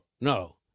No